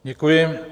Děkuji.